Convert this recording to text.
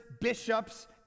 bishops